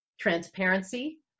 transparency